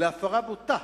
להפרה בוטה